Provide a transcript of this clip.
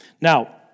Now